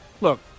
look